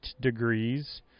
degrees